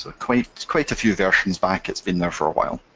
ah quite quite a few versions back, it's been there for a while.